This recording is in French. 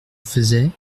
faisais